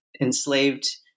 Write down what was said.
enslaved